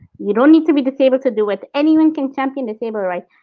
you don't need to be disabled to do it, anyone can champion disabled rights.